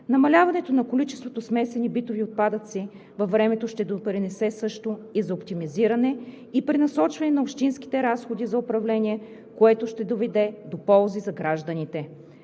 Намаляването на количеството смесени битови отпадъци във времето ще допринесе също и за оптимизиране и пренасочване на общинските разходи за управление, което ще доведе до ползи за гражданите.